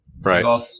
Right